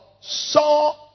saw